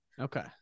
Okay